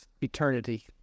eternity